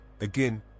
again